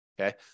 Okay